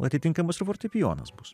atitinkamas fortepijonas bus